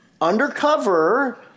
undercover